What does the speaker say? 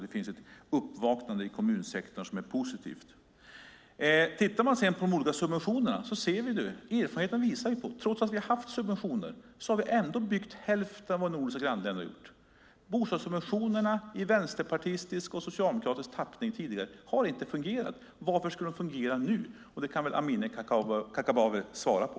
Det finns ett uppvaknande i kommunsektorn som är positivt. Tittar man på de olika subventionerna ser vi att erfarenheten visar att vi trots att vi haft subventioner ändå har byggt hälften av vad man har gjort i våra nordiska grannländer. Bostadssubventionerna i vänsterpartistisk och socialdemokratisk tappning har inte fungerat. Varför skulle de fungera nu? Det kan Amineh Kakabaveh svara på.